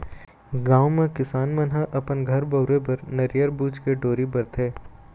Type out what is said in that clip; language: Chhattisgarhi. गाँव म किसान मन ह अपन घर बउरे बर नरियर बूच के डोरी बरथे